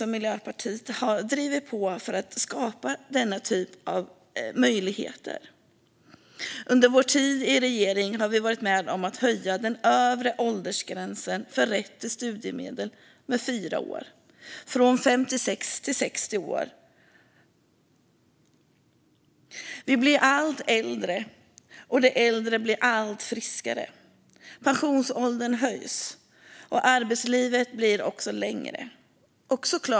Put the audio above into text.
Miljöpartiet har drivit på för att skapa denna typ av möjligheter. Under vår tid i regeringen har vi varit med om att höja den övre åldersgränsen för rätt till studiemedel med fyra år - från 56 till 60 år. Vi blir allt äldre, och de äldre blir allt friskare. Pensionsåldern höjs, och arbetslivet blir också längre.